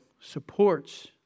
supports